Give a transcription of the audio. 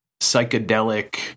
psychedelic